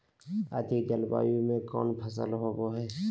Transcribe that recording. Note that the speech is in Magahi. अधिक जलवायु में कौन फसल होबो है?